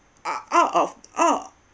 uh out of uh